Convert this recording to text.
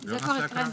זה כבר הוקרא.